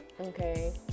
Okay